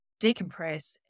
decompress